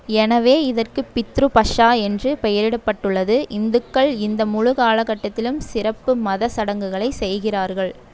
எனவே இதற்கு பித்ரு பக்ஷா என்று பெயரிடப்பட்டுள்ளது இந்துக்கள் இந்த முழு காலகட்டத்திலும் சிறப்பு மத சடங்குகளை செய்கிறார்கள்